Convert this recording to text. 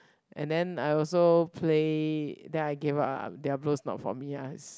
and then I also play then I gave up ah Diablo's not for me ah